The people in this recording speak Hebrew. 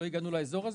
לא הגענו לאזור הזה,